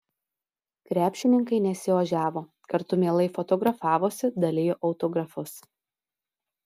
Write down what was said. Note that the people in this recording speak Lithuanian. krepšininkai nesiožiavo kartu mielai fotografavosi dalijo autografus